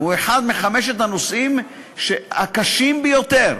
אחד מחמשת הנושאים הקשים ביותר.